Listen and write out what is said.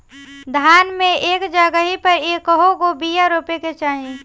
धान मे एक जगही पर कएगो बिया रोपे के चाही?